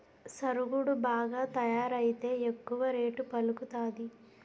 సరుగుడు బాగా తయారైతే ఎక్కువ రేటు పలుకుతాది